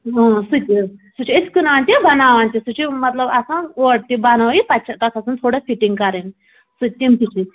اۭں سُہ تہِ سُہ چھِ أسۍ کٕنان تہِ بناوان تہِ سُہ چھِ مطلب آسان اورٕ تہِ بنٲیِتھ پَتہٕ چھِ تَتھ آسان تھوڑا فِٹِنٛگ کَرٕنۍ سُہ تہِ تِم تہِ چھِ